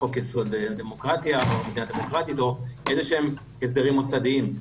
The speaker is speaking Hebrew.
בחוק-יסוד: הדמוקרטיה או מדינה דמוקרטית או איזשהם הסדרים מוסדיים.